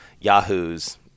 yahoos